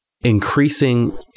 increasing